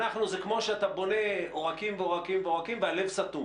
זה כמו שאתה בונה עורקים ועורקים והלב סתום.